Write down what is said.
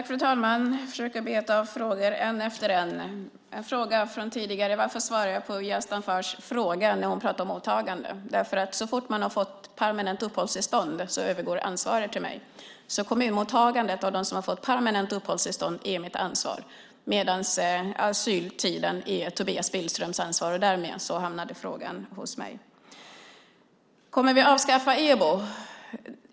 Fru talman! Jag ska försöka beta av frågorna, en efter en. En fråga från tidigare var: Varför svarar jag på Yazdanfars fråga när hon pratar om mottagande? Det gör jag därför att så fort man har fått permanent uppehållstillstånd övergår ansvaret till mig. Kommunmottagandet av dem som har fått permanent uppehållstillstånd är mitt ansvar medan asyltiden är Tobias Billströms ansvar. Därmed hamnade frågan hos mig. Kommer vi att avskaffa EBO?